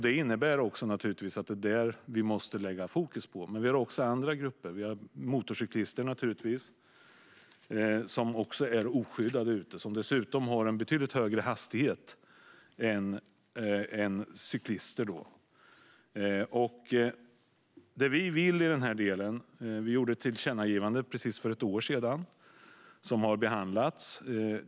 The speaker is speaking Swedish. Det betyder naturligtvis att vi måste sätta fokus på cyklister. Men det finns också andra grupper, till exempel motorcyklister som är oskyddade och som dessutom har en betydligt högre hastighet än cyklister. Vi gjorde ett tillkännagivande för precis ett år sedan som har behandlats.